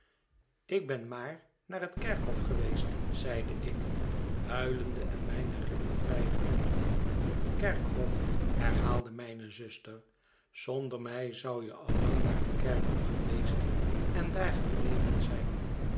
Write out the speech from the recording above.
ik ben maar naar het kerkhof geweest zeide ik huilende en mijne ribben wrijvende kerkhof herhaalde mijne zuster zonder mij zou je al lang naar het kerkhof geweest en daar gebleven zijn